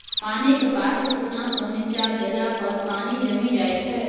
पानिक ताप शुन्ना सँ नीच्चाँ गेला पर पानि जमि जाइ छै